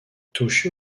toshio